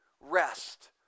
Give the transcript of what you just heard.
rest